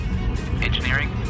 Engineering